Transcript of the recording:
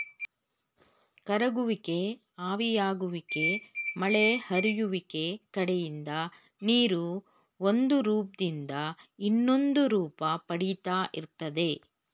ಕರಗುವಿಕೆ ಆವಿಯಾಗುವಿಕೆ ಮಳೆ ಹರಿಯುವಿಕೆ ಕಡೆಯಿಂದ ನೀರು ಒಂದುರೂಪ್ದಿಂದ ಇನ್ನೊಂದುರೂಪ ಪಡಿತಾ ಇರ್ತದೆ